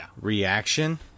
reaction